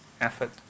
effort